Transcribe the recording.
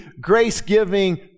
grace-giving